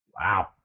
Wow